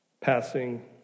passing